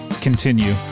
continue